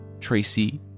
Tracy